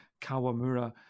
Kawamura